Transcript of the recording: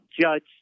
judge